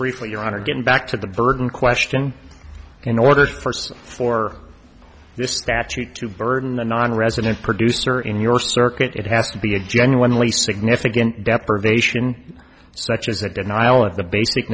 briefly your honor getting back to the burden question in order to force for this statute to burden the nonresident producer in your circuit it has to be a genuinely significant deprivation so much as a denial of the basic